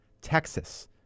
Texas